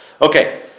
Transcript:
Okay